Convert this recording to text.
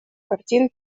картин